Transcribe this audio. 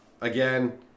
again